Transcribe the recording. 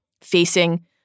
Facing